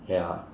ya